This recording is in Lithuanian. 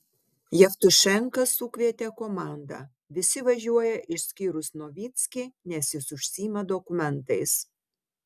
jevtušenka sukvietė komandą visi važiuoja išskyrus novickį nes jis užsiima dokumentais